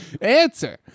Answer